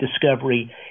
discovery